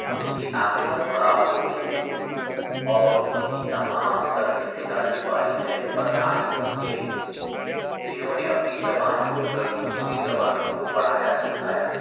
اس کی عاقبت خراب ہو گئی اور اس کی تمام تر ذمہ داری والدین پر عائد ہوتی ہے جنہوں نے اپنی زبان چھوڑ کر دوسری زبانوں کو پڑھایا سکھایا